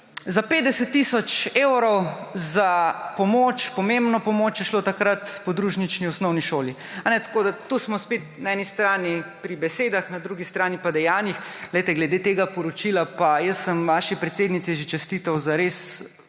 za 50 tisoč evrov za pomoč, za pomembno pomoč je šlo takrat, podružnični osnovni šoli. Tako da smo spet na eni strani pri besedah, na drugi strani pri dejanjih. Glede tega poročila sem pa jaz vaši predsednici že čestital za res